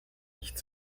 nicht